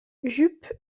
jup